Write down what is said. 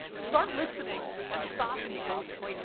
start listening and stop imposing.